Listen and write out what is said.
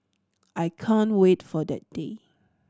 I can't wait for that day